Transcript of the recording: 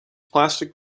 plastic